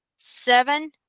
Seven